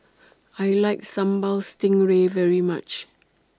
I like Sambal Stingray very much